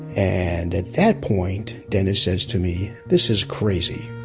and at that point dennis says to me this is crazy,